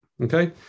Okay